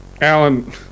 Alan